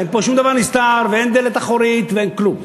אין פה שום דבר נסתר ואין דלת אחורית ואין כלום.